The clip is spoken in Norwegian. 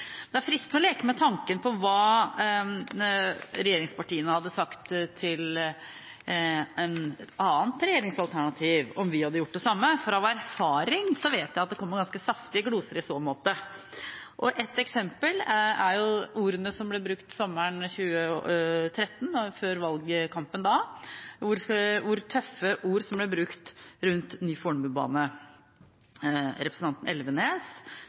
Det er fristende å leke med tanken på hva regjeringspartiene hadde sagt til et annet regjeringsalternativ, om vi hadde gjort det samme. Av erfaring vet jeg at det kommer ganske saftige gloser i så måte. Ett eksempel er ordene som ble brukt før valgkampen sommeren 2013, hvor tøffe ord ble brukt om ny Fornebubane. Representanten Elvenes